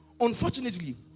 unfortunately